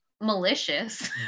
malicious